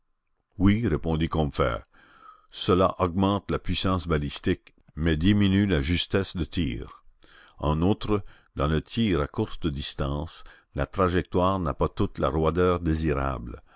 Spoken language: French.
oui répondit combeferre cela augmente la puissance balistique mais diminue la justesse de tir en outre dans le tir à courte distance la trajectoire n'a pas toute la roideur désirable